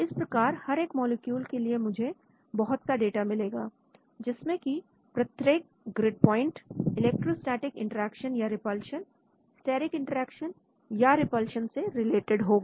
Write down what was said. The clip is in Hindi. इस प्रकार हर एक मॉलिक्यूल के लिए मुझे बहुत सा डाटा मिलेगा जिसमें की प्रत्येक ग्रिड प्वाइंट इलेक्ट्रोस्टेटिक इंटरेक्शन या रिपल्शन स्टेरिक इंटरेक्शन या रिपल्शन से रिलेटेड होगा